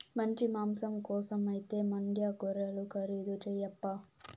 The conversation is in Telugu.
మంచి మాంసం కోసమైతే మాండ్యా గొర్రెలు ఖరీదు చేయప్పా